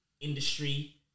industry